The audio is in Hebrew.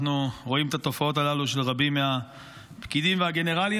אנחנו רואים את התופעות הללו של רבים מהפקידים והגנרלים,